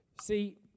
See